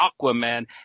Aquaman